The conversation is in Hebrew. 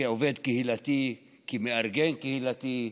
כעובד קהילתי, כמארגן קהילתי,